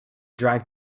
drive